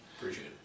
Appreciate